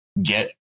get